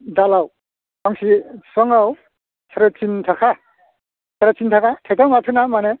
दालाव फांसे बिफाङाव सारायथिन थाखा साराय थिन थाखा थायथाम आथोना माने